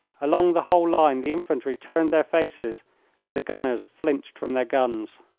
along the whole line the infantry turned their faces and the gunners flinched from their guns.